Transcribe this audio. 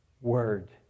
word